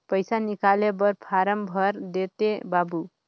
पइसा निकाले बर फारम भर देते बाबु?